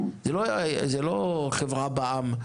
זו לא חברה בע"מ,